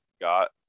got